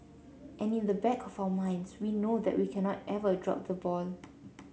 and in the back of our minds we know that we cannot ever drop the ball